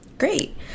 Great